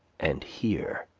and here